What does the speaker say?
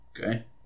Okay